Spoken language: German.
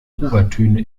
obertöne